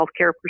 healthcare